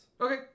okay